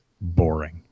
boring